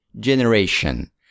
Generation